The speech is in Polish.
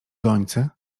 gońcy